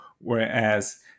whereas